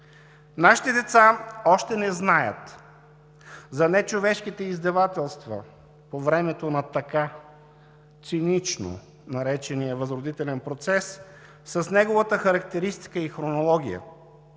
Нашите деца още не знаят за нечовешките издевателства по време на така цинично наречения възродителен процес с неговата характеристика и хронология,